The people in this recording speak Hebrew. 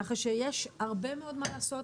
כך שיש הרבה מאוד מה לעשות,